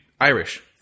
Irish